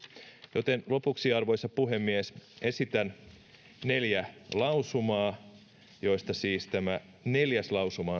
joten lopuksi arvoisa puhemies esitän neljä lausumaa joista siis tämä neljäs lausuma